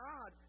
God